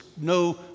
no